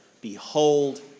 Behold